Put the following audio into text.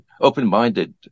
open-minded